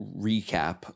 recap